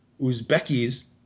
Uzbekis